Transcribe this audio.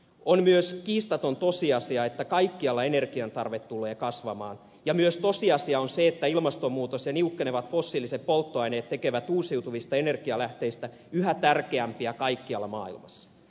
on myös kiistaton tosiasia että kaikkialla energiantarve tulee kasvamaan ja myös tosiasia on se että ilmastonmuutos ja niukkenevat fossiiliset polttoaineet tekevät uusiutuvista energialähteistä yhä tärkeämpiä kaikkialla maailmassa